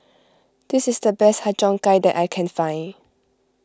this is the best Har Cheong Gai that I can find